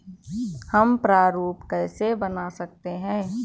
हम प्रारूप कैसे बना सकते हैं?